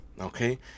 Okay